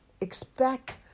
expect